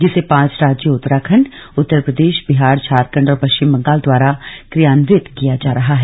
जिसे पांच राज्यों उत्तराखण्ड उत्तर प्रदेश बिहार झारखण्ड और पश्चिम बंगाल द्वारा क्रियान्वित किया जा रहा है